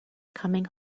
coming